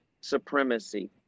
supremacy